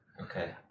okay